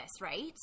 right